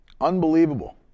Unbelievable